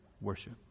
worship